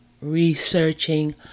researching